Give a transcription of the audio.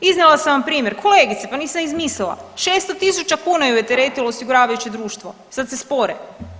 Iznijela sam vam primjer kolegice, pa nisam izmislila, 600.000 kuna ju je teretilo osiguravajuće društvo, sad se spore.